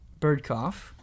Birdcough